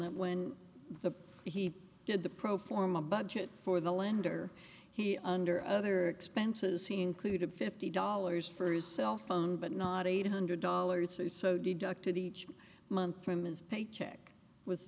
that when the he did the pro forma budget for the lender he under other expenses he included fifty dollars for his cellphone but not eight hundred dollars so deducted each month from his paycheck was